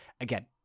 Again